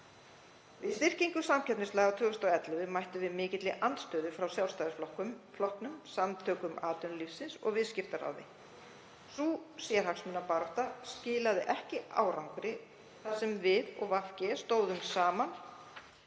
Við styrkingu samkeppnislaga 2011 mættum við mikilli andstöðu frá Sjálfstæðisflokknum, Samtökum atvinnulífsins og Viðskiptaráði. Sú sérhagsmunabarátta skilaði ekki árangri þar sem við og VG stóðum saman